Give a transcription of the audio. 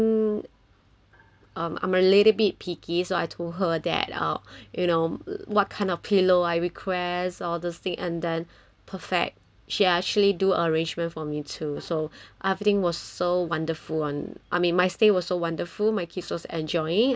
um I'm a little bit picky so I told her that uh you know what kind of pillow I request all this thing and then perfect she actually do arrangement for me too so everything was so wonderful on I mean my stay was a wonderful my kids was enjoying and then